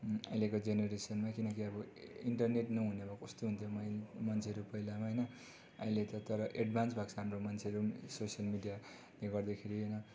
अहिलेको जेनेरेसनमा किनकि अब इन्टरनेट नहुने भए कस्तो हुन्थ्यो मै मान्छेहरू पहिलामा होइन अहिले त अब एड्भान्स भएको छ हाम्रो मान्छेहरू पनि सोसियल मिडियाले गर्दाखेरि होइन